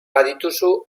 badituzu